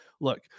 look